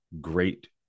great